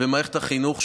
במערכת החינוך,